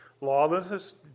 Lawlessness